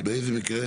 באיזה מקרה?